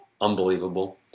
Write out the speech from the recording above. unbelievable